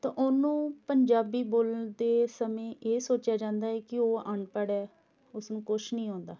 ਤਾਂ ਉਹਨੂੰ ਪੰਜਾਬੀ ਬੋਲ ਦੇ ਸਮੇਂ ਇਹ ਸੋਚਿਆ ਜਾਂਦਾ ਹੈ ਕਿ ਉਹ ਅਨਪੜ੍ਹ ਹੈ ਉਸਨੂੰ ਕੁਛ ਨਹੀਂ ਆਉਂਦਾ